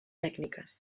tècniques